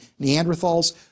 Neanderthals